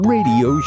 Radio